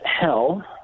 hell